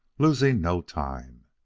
losing no time.